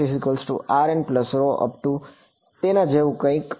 તેના જેવું કંઇક